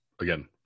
again